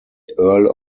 earl